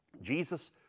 Jesus